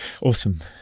awesome